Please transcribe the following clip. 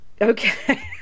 Okay